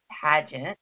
pageant